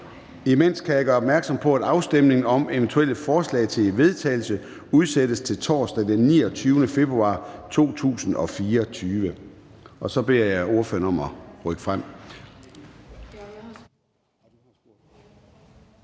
Imens kan jeg gøre opmærksom på, at afstemningen om eventuelle forslag til vedtagelse udsættes til torsdag den 29. februar 2024. Så er vi ved at være